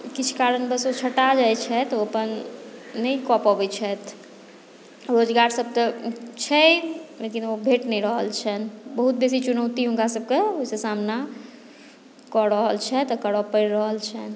किछु कारणवश ओ छँटा जाइत छथि ओ अपन नहि कऽ पबैत छथि रोजगारसभ तऽ छै लेकिन ओ भेट नहि रहल छनि बहुत बेसी चुनौती हुनकासभकेँ से सामना कऽ रहल छथि आ करय पड़ि रहल छनि